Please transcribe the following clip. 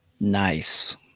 Nice